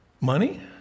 Money